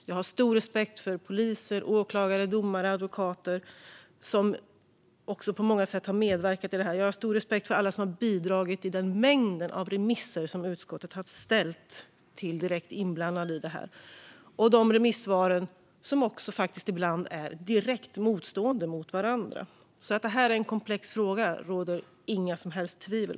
Jag har stor respekt för de poliser, åklagare, domare och advokater som på många sätt har medverkat i detta, och jag har stor respekt för alla som har bidragit med remissvar på de mängder av frågor som utskottet har ställt till direkt inblandade i detta. Dessa remissvar är ibland faktiskt direkt motstående mot varandra, så det råder inga som helst tvivel om att detta är en komplex fråga.